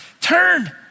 Turn